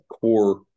core